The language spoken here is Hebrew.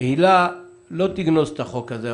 הילה לא תגנוז את החוק הזה,